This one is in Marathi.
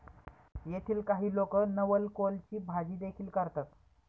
येथील काही लोक नवलकोलची भाजीदेखील करतात